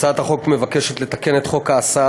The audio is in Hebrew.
הצעת החוק מבקשת לתקן את חוק ההסעה